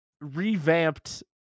revamped